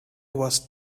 was